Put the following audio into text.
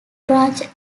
branch